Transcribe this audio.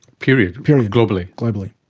period? period. globally? globally.